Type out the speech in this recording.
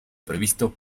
previsto